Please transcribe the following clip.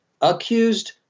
accused